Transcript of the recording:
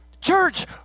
Church